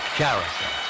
character